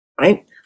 right